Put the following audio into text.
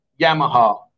Yamaha